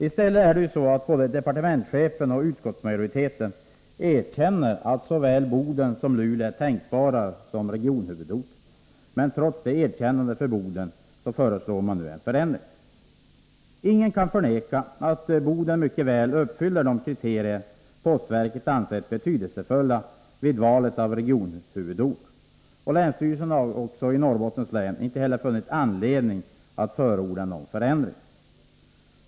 I stället erkänner både departementschefen och utskottsmajoriteten att såväl Boden som Luleå är tänkbar som regionhuvudort. Men trots detta erkännande för Boden föreslår man en förändring. Ingen kan förneka att 113 Boden mycket väl uppfyller de kriterier postverket anser betydelsefulla vid valet av regionhuvudort. Och länsstyrelsen i Norrbotten har inte heller funnit skäl att förorda någon förändring.